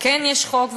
וכן יש חוק,